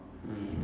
mm